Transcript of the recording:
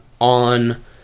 on